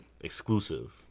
Exclusive